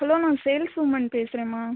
hello நான் sales women பேசுகிறேம்மா